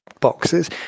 boxes